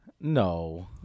No